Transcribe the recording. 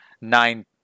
nine